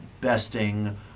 besting